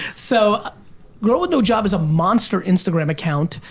so girl with no job is a monster instagram account.